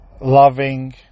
loving